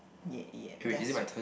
ya ya that's right